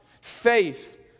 faith